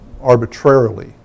arbitrarily